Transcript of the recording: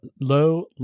low